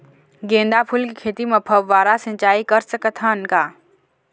गेंदा फूल के खेती म फव्वारा सिचाई कर सकत हन का?